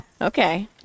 Okay